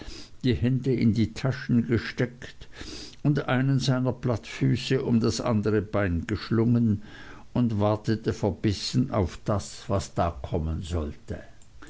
die hände in die taschen gesteckt und einen seiner plattfüße um das andere bein geschlungen und wartete verbissen auf das was da kommen sollte